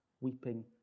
weeping